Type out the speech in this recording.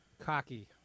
Cocky